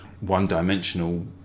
one-dimensional